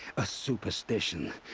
a superstition.